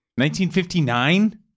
1959